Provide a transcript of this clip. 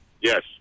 Yes